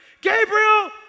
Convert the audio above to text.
Gabriel